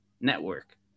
network